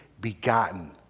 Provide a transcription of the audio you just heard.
begotten